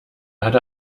erde